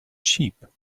sheep